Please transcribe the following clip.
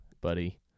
Buddy